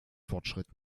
fortschritt